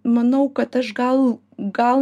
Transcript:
manau kad aš gal gal